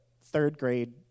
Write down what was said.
third-grade